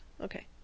Okay